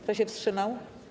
Kto się wstrzymał?